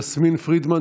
יסמין פרידמן,